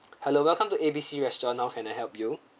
hello welcome to A B C restaurant how can I help you